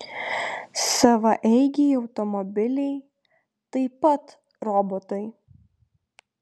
savaeigiai automobiliai taip pat robotai